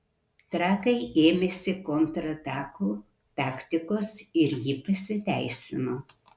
trakai ėmėsi kontratakų taktikos ir ji pasiteisino